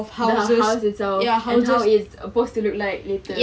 the house itself and how it's suppose to look like later